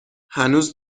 هنوز